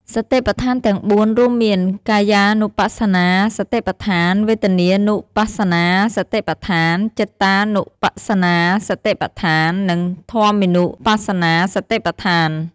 សតិប្បដ្ឋានទាំង ៤ រួមមាន កាយានុបស្សនាសតិប្បដ្ឋាន វេទនានុបស្សនាសតិប្បដ្ឋាន ចិត្តានុបស្សនាសតិប្បដ្ឋាន និងធម្មមានុបស្សនាសតិប្បដ្ឋាន។